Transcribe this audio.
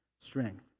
strength